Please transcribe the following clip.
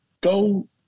Go